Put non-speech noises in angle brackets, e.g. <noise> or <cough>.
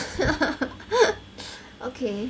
<laughs> okay